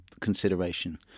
consideration